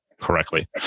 correctly